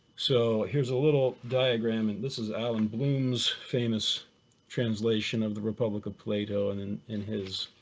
so here's a little diagram and this is alan bloom's famous translation of the republic of plato. and and in his